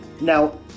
Now